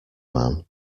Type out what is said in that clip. man